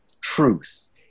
truth